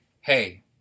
Hey